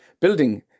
building